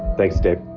thanks, dave